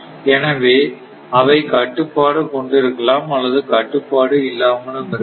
எனவே அவை கட்டுப்பாடு கொண்டிருக்கலாம் அல்லது கட்டுப்பாடு இல்லாமலும் இருக்கலாம்